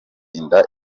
inda